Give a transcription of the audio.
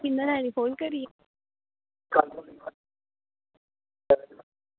तुंदे कोल आई कॉल करियै